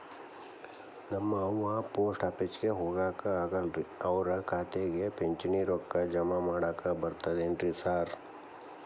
ನಮ್ ಅವ್ವ ಪೋಸ್ಟ್ ಆಫೇಸಿಗೆ ಹೋಗಾಕ ಆಗಲ್ರಿ ಅವ್ರ್ ಖಾತೆಗೆ ಪಿಂಚಣಿ ರೊಕ್ಕ ಜಮಾ ಮಾಡಾಕ ಬರ್ತಾದೇನ್ರಿ ಸಾರ್?